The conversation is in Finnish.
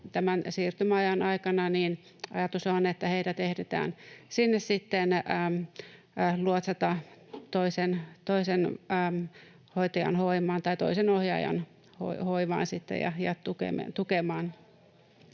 siirtymäajan aikana ajatus on, että heidät ehditään luotsata sitten sinne toisen ohjaajan hoivaan ja tukea